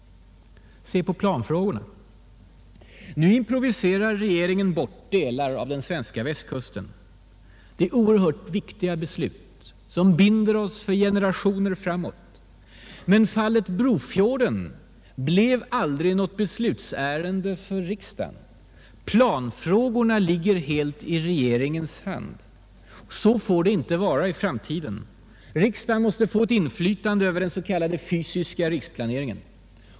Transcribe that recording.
Se på planfrågorna. Nu improviserar regeringen bort delar av den svenska västkusten. Det är oerhört viktiga beslut som binder oss för generationer framåt. Men fallet Brofjorden blev aldrig något beslutsärende för riksdagen. Planfrågorna ligger helt i regeringens hand. Så får det inte vara i framtiden. Riksdagen måste få ett inflytande över t.ex. den fysiska riksplaneringen.